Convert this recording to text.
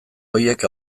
horiek